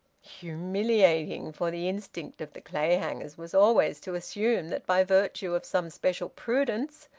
humiliating! for the instinct of the clayhangers was always to assume that by virtue of some special prudence,